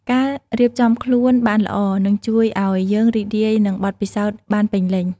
ការរៀបចំខ្លួនបានល្អនឹងជួយឱ្យយើងរីករាយនឹងបទពិសោធន៍បានពេញលេញ។